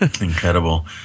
Incredible